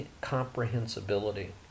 comprehensibility